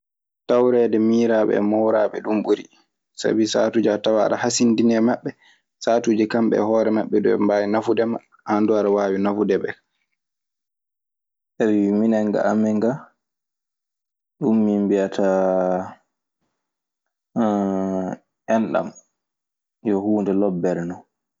Tawreede miñiraaɓe e mawniraaɓe ɗun ɓuri. Sabi saatuuji a tawan aɗe hasindinii e maɓɓe. Satuuji kamɓe e hoore maɓɓe du e ɓe mbaawi nafude ma aan du aɗe waawi nafude ɓe. Ayyo, minen ga amen gaa, ɗun min mbiyataa enɗan. Yo huunde lobbere non.